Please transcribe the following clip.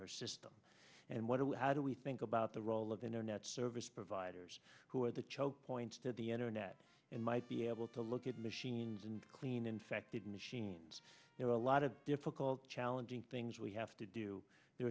her system and what do we how do we think about the role of internet service providers who are the choke point to the internet and might be able to look at machines and clean infected machines there are a lot of difficult challenging things we have to do there